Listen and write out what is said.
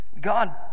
God